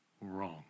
wrong